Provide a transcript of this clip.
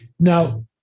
Now